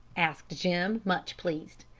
asked jim, much pleased.